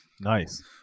Nice